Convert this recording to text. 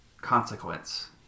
consequence